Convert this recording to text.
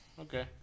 okay